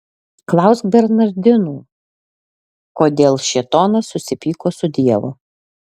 klausk bernardinų kodėl šėtonas susipyko su dievu